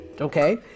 okay